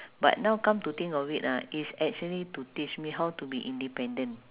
but now come to think of it ah it's actually to teach me how to be independent